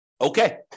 Okay